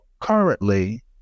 currently